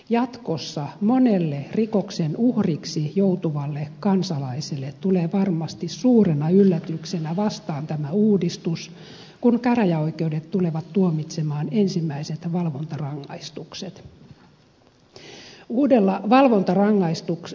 jatkossa monelle rikoksen uhriksi joutuvalle kansalaiselle tulee varmasti suurena yllätyksenä vastaan tämä uudistus kun käräjäoikeudet tulevat tuomitsemaan ensimmäiset valvontarangaistukset